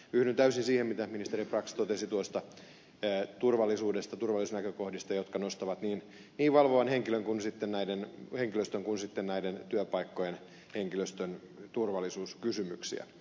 yhdyn täysin siihen mitä ministeri brax totesi turvallisuudesta turvallisuusnäkökohdista jotka nostavat niin valvovan henkilöstön kuin sitten näiden työpaikkojenkin henkilöstön turvallisuuskysymyksiä